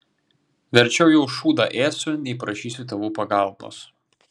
verčiau jau šūdą ėsiu nei prašysiu tėvų pagalbos